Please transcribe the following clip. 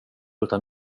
utan